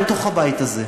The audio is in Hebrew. בתוך הבית הזה.